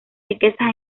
riquezas